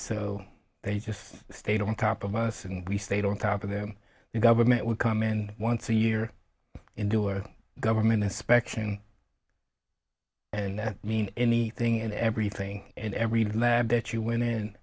so they just stayed on top of us and we stayed on top of them the government would come in once a year endure government inspection and then mean anything and everything and every lab that you went in